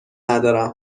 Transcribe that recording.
ندارم